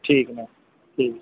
ਠੀਕ ਹੈ ਮੈਮ ਠੀਕ